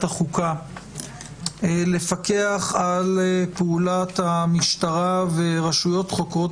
החוקה לפקח על פעולת המשטרה ורשויות חוקרות